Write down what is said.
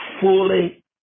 fully